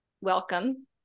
welcome